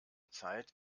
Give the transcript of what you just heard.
zeit